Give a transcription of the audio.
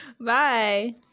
Bye